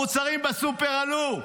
המוצרים בסופר עלו,